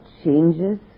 Changes